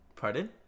Pardon